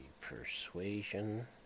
persuasion